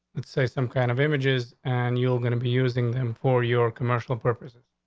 let's say some kind of images and you're gonna be using him for your commercial purposes.